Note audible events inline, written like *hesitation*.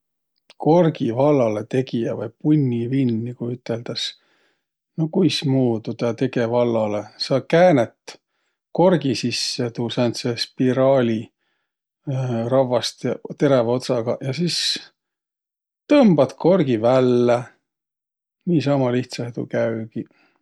Korgi vallalõtegijä vai punnivinn, nigu üteldäs. No kuismuudu tä tege vallalõ? Sa käänät korgi sisse tuu sääntse spiraali *hesitation* ravvast ja terävä otsagaq. Ja sis tõmbat korgi vällä. Niisama lihtsähe tuu käügiq.